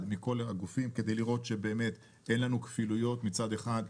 מכל הגופים כדי לראות שאין לנו כפילויות מצד אחד,